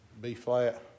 B-flat